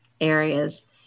areas